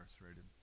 incarcerated